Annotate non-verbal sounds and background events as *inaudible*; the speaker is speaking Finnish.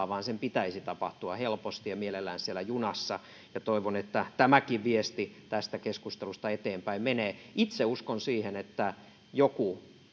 *unintelligible* vaan sen pitäisi tapahtua helposti ja mielellään siellä junassa toivon että tämäkin viesti tästä keskustelusta eteenpäin menee itse uskon siihen että joku